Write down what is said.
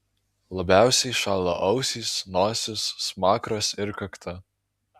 labiausiai šąla ausys nosis smakras ir kakta